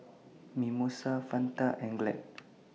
Mimosa Fanta and Glad